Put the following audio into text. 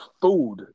food